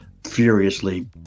furiously